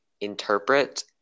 interpret